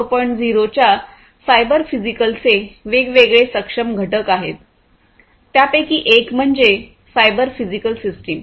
0 च्या सायबर फिजिकलचे वेगवेगळे सक्षम घटक आहेत त्यापैकी एक म्हणजे सायबर फिजिकल सिस्टीम्स